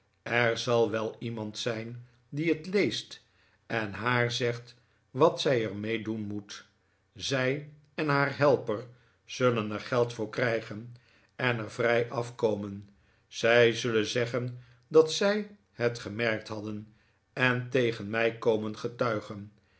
er zal wel iemand zijn die het leest en haar zegt wat zij er mee doen moet zij en haar helper zullen er geld voor krijgen en er vrij afkomen zij zullen zeggen dat zij het gemerkt hadden en tegen mij komen getuigen